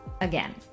Again